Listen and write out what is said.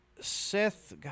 Seth